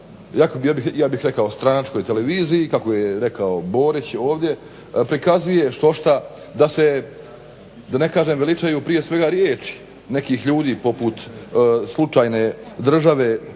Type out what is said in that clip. ja bih rekao stranačkoj televiziji kako je rekao Borić ovdje prikazuje štošta, da se da ne kažem veličaju prije svega riječi nekih ljudi poput slučajne države